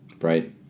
Right